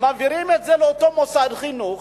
מעבירים את זה לאותו מוסד חינוך,